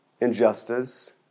injustice